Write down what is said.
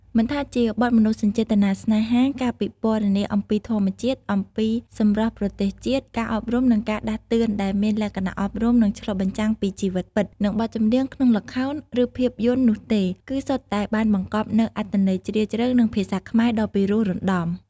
មិនថាជាបទមនោសញ្ចេតនាស្នេហា ការពិពណ៌នាអំពីធម្មជាតិ អំពីសម្រស់ប្រទេសជាតិ ការអប់រំនិងការដាស់តឿនដែលមានលក្ខណៈអប់រំនិងឆ្លុះបញ្ចាំងពីជីវិតពិត និងបទចម្រៀងក្នុងល្ខោនឬភាពយន្តនោះទេ គឺសុទ្ធតែបានបង្កប់នូវអត្ថន័យជ្រាលជ្រៅ និងភាសាខ្មែរដ៏ពិរោះរណ្ដំ ។